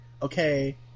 Okay